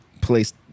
place